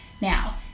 Now